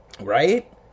Right